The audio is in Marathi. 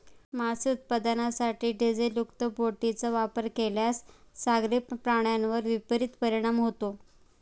मासे उत्पादनासाठी डिझेलयुक्त बोटींचा वापर केल्यास सागरी प्राण्यांवर विपरीत परिणाम होतो